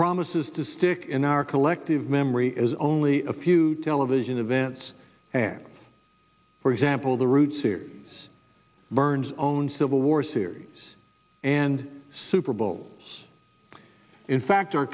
promises to stick in our collective memory is only a few television event and for example the roots here burns own civil war series and super bowls in fact our